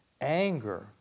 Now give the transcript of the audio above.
anger